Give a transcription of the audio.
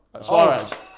Suarez